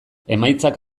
emaitzak